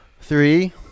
Three